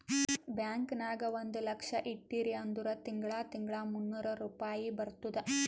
bank ನಾಗ್ ಒಂದ್ ಲಕ್ಷ ಇಟ್ಟಿರಿ ಅಂದುರ್ ತಿಂಗಳಾ ತಿಂಗಳಾ ಮೂನ್ನೂರ್ ರುಪಾಯಿ ಬರ್ತುದ್